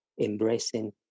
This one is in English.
embracing